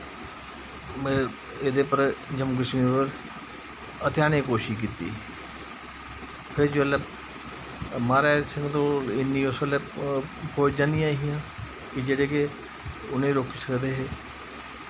एह्दे पर जम्मू कश्मीर उप्पर हथेआनें दी कोशश कीती फिर जिसलै महाराजा हरि सिंह कोल उसलै इन्नियां फौजां नेईं हियां कि जेह्ड़े कि उ'नें गी रोकी सकदे हे